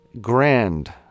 grand